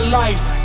life